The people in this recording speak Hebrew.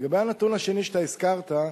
לגבי הנתון השני שאתה הזכרת,